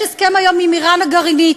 יש הסכם היום עם איראן, הגרעינית,